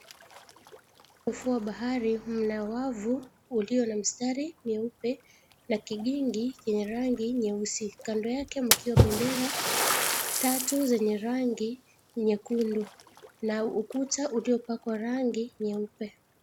Ufuo wa bahari mna wavu ulio na mstari mweupe na kijingi chenye rangi nyeusi, kando yake mkiwa bendera tatu zenye rangi nyekundu na ukuta uliopakwa rangi nyeupe.